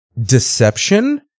Deception